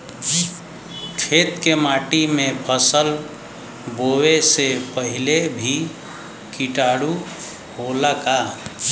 खेत के माटी मे फसल बोवे से पहिले भी किटाणु होला का?